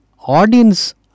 audience